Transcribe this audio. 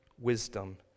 wisdom